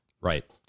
right